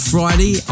Friday